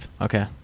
okay